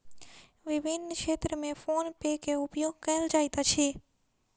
विभिन्न क्षेत्र में फ़ोन पे के उपयोग कयल जाइत अछि